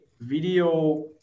video